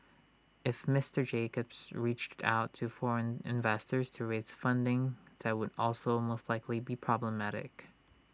if Mister Jacobs reached out to foreign investors to raise funding that would also most likely be problematic